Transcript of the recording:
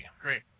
Great